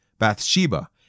Bathsheba